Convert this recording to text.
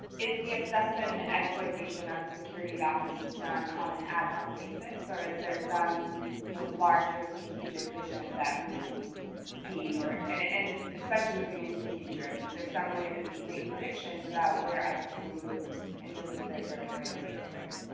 is the assessment and exploitation of the security vacuums done on an ad hoc basis? or is there some you know larger strategic vision that we can see or and and especially moving into the future, i mean is there some way that we can make predictions about where isis will move in terms of their territorial takeovers?